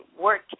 work